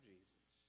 Jesus